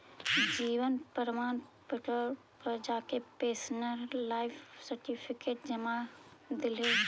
जीवन प्रमाण पोर्टल पर जाके पेंशनर लाइफ सर्टिफिकेट जमा दिहे